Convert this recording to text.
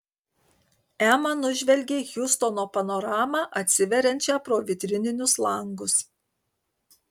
ema nužvelgė hjustono panoramą atsiveriančią pro vitrininius langus